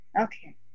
Okay